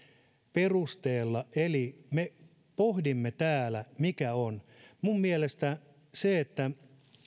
perusteella eli me pohdimme täällä mikä on minun mielestäni se että